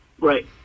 Right